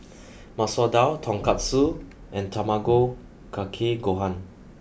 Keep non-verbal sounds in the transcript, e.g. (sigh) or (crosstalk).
(noise) Masoor Dal Tonkatsu and Tamago Kake Gohan